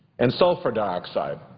and sulfur dioxide,